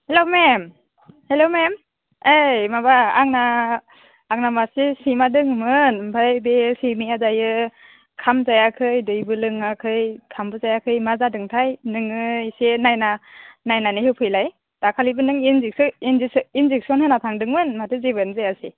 hello ma'am ओइ माबा आंना मासे सैमा दङमोन ओमफ्राय बे सैमाया दायो ओंखाम जायाखै दैबो लोङाखै ओंखामबो जायाखै मा जादोंथाय नोङो इसे नायना नायनानै होफैलाय दाखालिबो नों इन्जेकसन होना थांदोंमोन माथो जेबोआनो जायासै